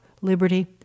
liberty